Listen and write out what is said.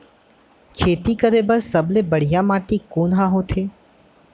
खेती करे बर सबले बढ़िया माटी कोन हा होथे?